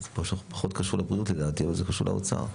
פחות קשור לבריאות לדעתי, אבל זה קשור לאוצר.